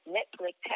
Netflix